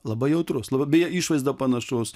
labai jautrus la beje išvaizda panašus